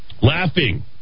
Laughing